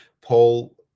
Paul